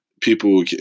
people